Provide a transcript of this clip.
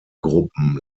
gruppen